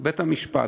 בית-המשפט.